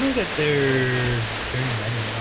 that there's very many